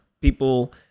people